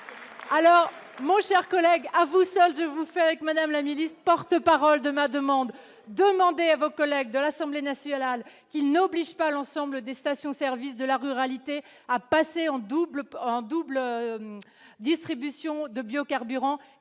alors mon cher collègue. Au seul je vous fais avec madame la milice, porte-parole de ma demande, demandez à vos collègues de l'Assemblée nationale qui n'empêche pas l'ensemble des stations services de la ruralité à passer en double peu en double distribution de biocarburants,